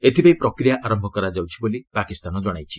ଏଥିପାଇଁ ପ୍ରକ୍ରିୟା ଆରମ୍ଭ କରାଯାଇଛି ବୋଲି ପାକିସ୍ତାନ ଜଣାଇଛି